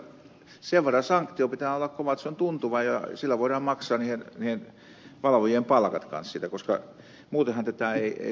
sen verran sanktion pitää olla kova että se on tuntuva ja sillä voidaan maksaa niiden valvojien palkat kanssa koska muutenhan tätä ei saada järjellisiin puihin